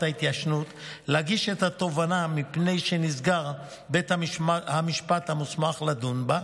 ההתיישנות להגיש את התובענה מפני שנסגר בית המשפט המוסמך לדון בה,